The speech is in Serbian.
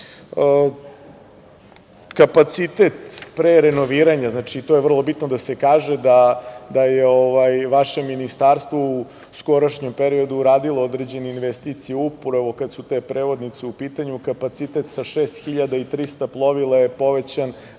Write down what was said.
život. Kapacitet pre renoviranja, znači, to je vrlo bitno da se kaže, da je vaše ministarstvo u skorašnjem periodu uradilo određene investicije upravo, kada su te prevodnice u pitanju, kapacitet sa 6.300 plovila je povećan